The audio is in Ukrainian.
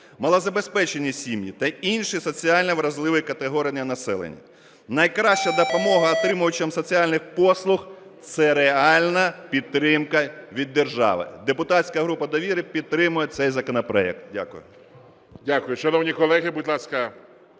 малозабезпечені сім'ї та інші соціально вразливі категорії населення. Найкраща допомога отримувачам соціальних послуг – це реальна підтримка від держави. Депутатська група "Довіра" підтримує цей законопроект. Дякую.